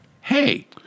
Hey